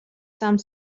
some